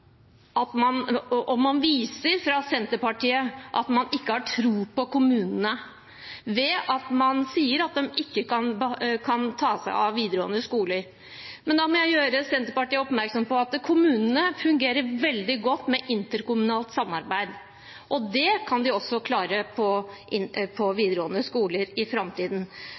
at man ikke har tro på kommunene ved at man sier at de ikke kan ta seg av videregående skoler. Da må jeg gjøre Senterpartiet oppmerksom på at kommunene fungerer veldig godt med interkommunalt samarbeid. Det kan de også klare når det gjelder videregående skoler i framtiden.